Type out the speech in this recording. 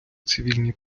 цивільні